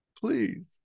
please